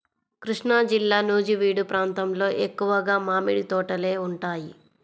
కృష్ణాజిల్లా నూజివీడు ప్రాంతంలో ఎక్కువగా మామిడి తోటలే ఉంటాయి